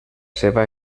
seva